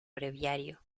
breviario